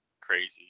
crazy